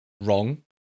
wrong